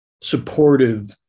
supportive